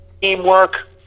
teamwork